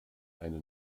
eine